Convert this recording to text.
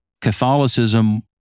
Catholicism